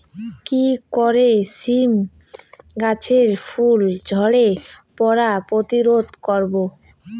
কি করে সীম গাছের ফুল ঝরে পড়া প্রতিরোধ করব?